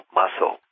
muscle